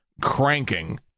cranking